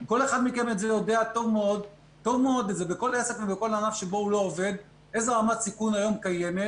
כל אחד מכם יודע טוב מאוד איזו רמת סיכון קיימת